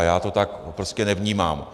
Já to tak prostě nevnímám.